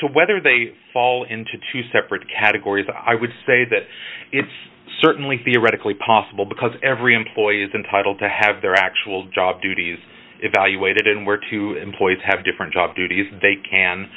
to whether they fall into two separate categories and i would say that it's certainly theoretically possible because every employee's entitled to have their actual job duties evaluated and where two employees have different job duties they can